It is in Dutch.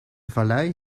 vallei